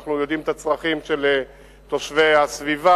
אנחנו יודעים את הצרכים של תושבי הסביבה,